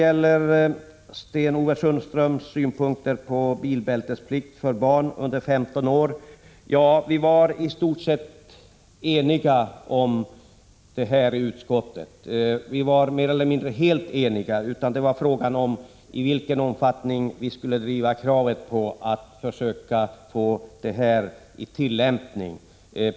Vad beträffar Sten-Ove Sundströms synpunkter på bilbältesplikt för barn under 15 år vill jag säga att vi i utskottet var i stort sett eniga i frågan. Uppfattningarna skilde sig i fråga om tidpunkten för bestämmelsens tillämpning.